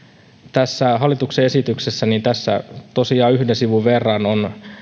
tässä hallituksen esityksessä tosiaan yhden sivun verran on